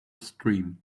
stream